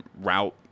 route